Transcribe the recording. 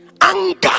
Anger